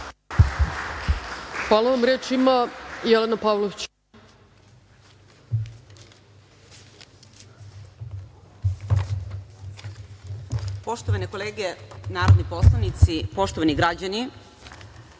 Hvala vam. Reč ima Jelena Pavlović.